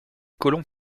colons